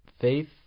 Faith